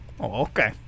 okay